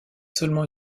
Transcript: seulement